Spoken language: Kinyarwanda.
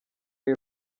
y’u